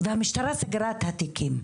והמשטרה סגרה את התיקים.